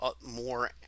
more